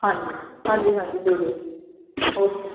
ਹਾਂਜੀ ਹਾਂਜੀ ਹਾਂਜੀ ਦੇ ਦਿਓ ਓਕੇ